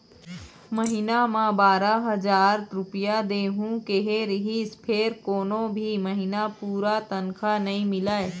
महिना म बारा हजार रूपिया देहूं केहे रिहिस फेर कोनो भी महिना पूरा तनखा नइ मिलय